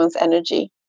energy